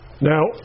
Now